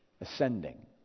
ascending